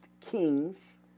Kings